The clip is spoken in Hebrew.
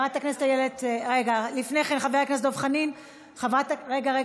חברת הכנסת איילת נחמיאס ורבין, את רוצה?